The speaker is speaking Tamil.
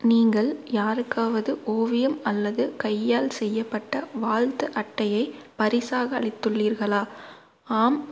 நீங்கள் யாருக்காவது ஓவியம் அல்லது கையால் செய்யப்பட்ட வாழ்த்து அட்டையைப் பரிசாக அளித்துள்ளீர்களா ஆம்